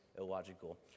illogical